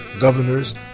governors